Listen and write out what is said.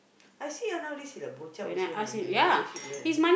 I see ah nowadays he like bochup also know in the relationship like that you know